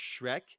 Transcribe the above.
shrek